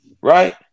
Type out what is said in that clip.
right